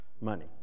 Money